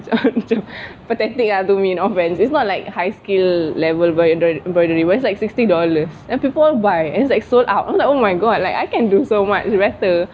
macam pathetic ah to me no offence it's not like high skill level embroidery but it's like sixty dollars and people all buy and it's like sold out I'm like oh my god like I can do so much better